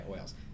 oils